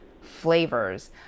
flavors